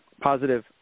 positive